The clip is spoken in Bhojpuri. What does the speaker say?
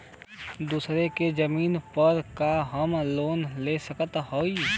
दूसरे के जमीन पर का हम लोन ले सकत हई?